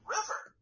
River